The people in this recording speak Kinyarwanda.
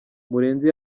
murenzi